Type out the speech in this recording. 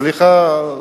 סליחה,